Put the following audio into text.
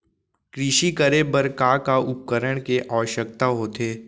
कृषि करे बर का का उपकरण के आवश्यकता होथे?